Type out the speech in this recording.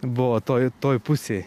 buvo toj toj pusėj